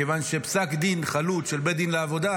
כיוון שפסק דין חלוט של בית דין לעבודה,